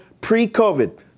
pre-COVID